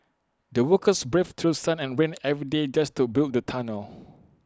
the workers braved through sun and rain every day just to build the tunnel